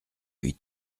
huit